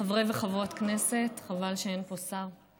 חברי וחברות כנסת, חבל שאין פה שר.